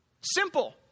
Simple